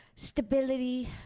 Stability